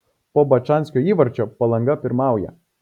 po bačanskio įvarčio palanga pirmauja